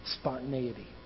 spontaneity